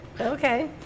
Okay